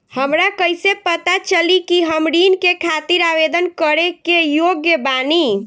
हमरा कइसे पता चली कि हम ऋण के खातिर आवेदन करे के योग्य बानी?